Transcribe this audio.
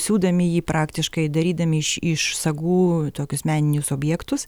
siūdami jį praktiškai darydami iš iš sagų tokius meninius objektus